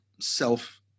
self